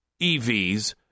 EVs